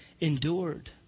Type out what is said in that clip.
endured